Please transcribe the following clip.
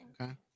Okay